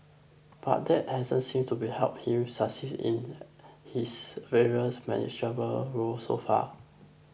but that hasn't seemed to be help him succeed at his various managerial roles so far